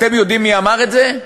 אתם יודעים מי אמר את זה?